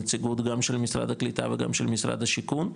נציגות גם של משרד הקליטה וגם של משרד השיכון,